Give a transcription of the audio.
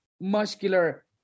muscular